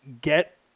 get